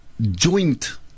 joint